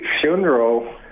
funeral